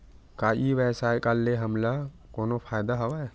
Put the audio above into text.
का ई व्यवसाय का ले हमला कोनो फ़ायदा हवय?